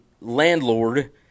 landlord